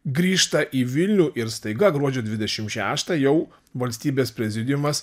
grįžta į vilnių ir staiga gruodžio dvidešim šeštą jau valstybės prezidiumas